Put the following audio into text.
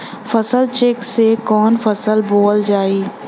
फसल चेकं से कवन फसल बोवल जाई?